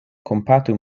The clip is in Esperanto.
kompatu